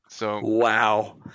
Wow